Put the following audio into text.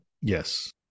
Yes